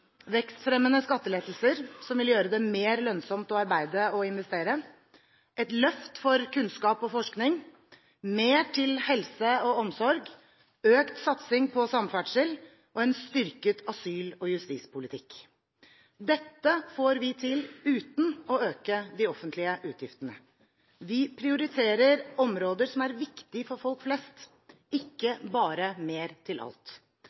vekstfremmende skattelettelser som vil gjøre det mer lønnsomt å arbeide og investere et løft for kunnskap og forskning mer til helse og omsorg økt satsing på samferdsel en styrket asyl- og justispolitikk Dette får vi til uten å øke de offentlige utgiftene. Vi prioriterer områder som er viktige for folk flest, ikke bare mer til alt.